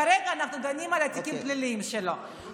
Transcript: כרגע אנחנו דנים על התיקים הפליליים שלו.